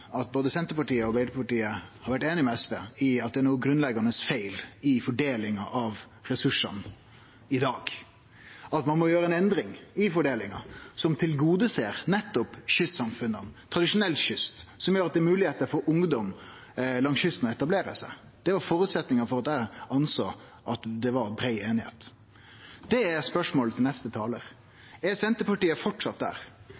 at både Senterpartiet og Arbeidarpartiet har vore einige med SV i at det er noko grunnleggjande feil i fordelinga av ressursane i dag, og at ein må endre fordelinga på ein måte som tilgodeser nettopp kystsamfunna, tradisjonell kystflåte, og som gjer at det er mogleg for ungdom langs kysten å etablere seg. Det var føresetnaden for at eg rekna det for å vere brei einigheit. Det er spørsmålet til neste talar: Er Senterpartiet framleis der?